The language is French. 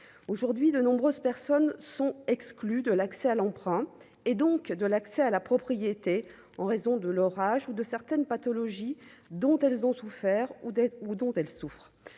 aujourd'hui de nombreuses personnes sont exclus de l'accès à l'emprunt et donc de l'accès à la propriété en raison de l'orage, ou de certaines pathologies dont elles ont souffert ou d'être ou dont elles souffrent,